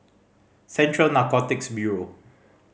Central Narcotics Bureau